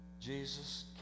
Jesus